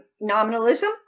nominalism